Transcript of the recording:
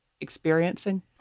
experiencing